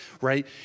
right